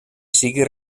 sigui